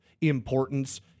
importance